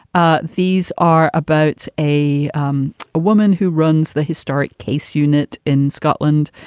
ah these are about a um woman who runs the historic case unit in scotland.